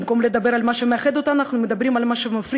במקום לדבר על מה שמאחד אותנו אנחנו מדברים על מה שמפריד,